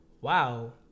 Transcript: wow